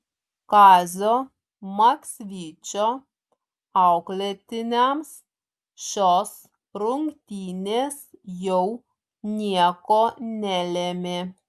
kazio maksvyčio auklėtiniams šios rungtynės jau nieko nelėmė